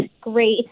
great